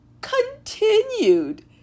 continued